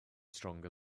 stronger